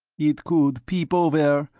it could peep over,